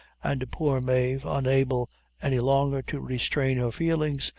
and poor mave, unable any longer to restrain her feelings,